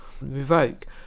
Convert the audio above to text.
revoke